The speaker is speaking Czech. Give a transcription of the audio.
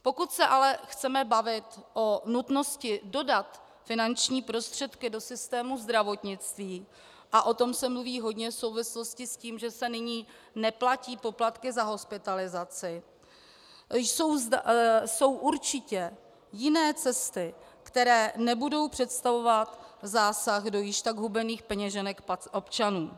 Pokud se ale chceme bavit o nutnosti dodat finanční prostředky do systému zdravotnictví, a o tom se mluví hodně v souvislosti s tím, že se nyní neplatí poplatky za hospitalizaci, jsou určitě jiné cesty, které nebudou představovat zásah do již tak hubených peněženek občanů.